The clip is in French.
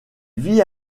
vit